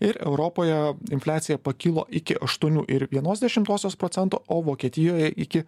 ir europoje infliacija pakilo iki aštuonių ir vienos dešimtosios procento o vokietijoje iki